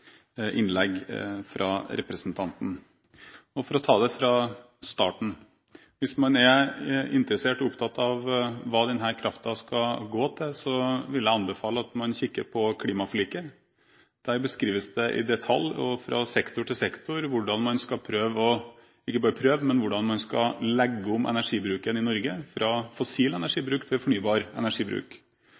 innlegg fra representanten. For å ta det fra starten: Hvis man er interessert i og opptatt av hva denne kraften skal gå til, vil jeg anbefale at man kikker på klimaforliket. Der beskrives det i detalj og fra sektor til sektor hvordan man skal legge om energibruken i Norge fra fossil energibruk til fornybar energibruk.